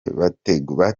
bateguye